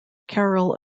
carroll